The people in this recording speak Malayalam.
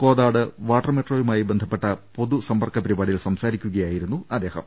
കോതാട് വാട്ടർ മെട്രോയുമായി ബന്ധപ്പെട്ട പൊതു സമ്പർക്ക പരിപാടിയിൽ സംസാരിക്കുകയായിരുന്നു അദ്ദേഹം